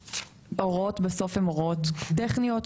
ההוראות בסוף הן הוראות טכניות,